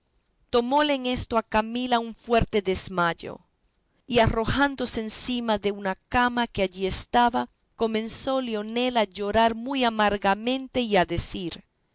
estorbase tomóle en esto a camila un fuerte desmayo y arrojándose encima de una cama que allí estaba comenzó leonela a llorar muy amargamente y a decir